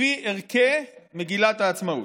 לפי ערכי מגילת העצמאות.